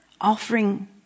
offering